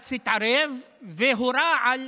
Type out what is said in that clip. בג"ץ התערב והורה על